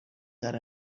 that